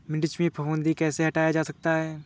मिर्च में फफूंदी कैसे हटाया जा सकता है?